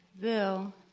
Bill